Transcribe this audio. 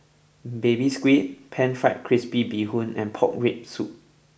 Baby Squid Pan Fried Crispy Bee Hoon and Pork Rib Soup